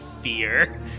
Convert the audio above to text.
fear